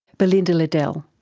belinda liddell.